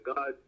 God